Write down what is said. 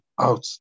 out